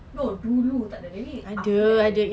no dulu tak ada maybe after that ada